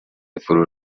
فرو